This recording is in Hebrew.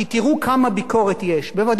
ודאי שיש המון ביקורת בתקשורת.